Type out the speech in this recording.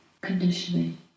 conditioning